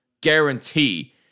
Guarantee